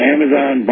Amazon